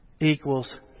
equals